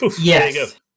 Yes